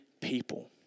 people